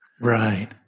Right